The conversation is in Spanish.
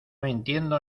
entiendo